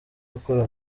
gukora